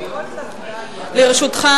לרשותך,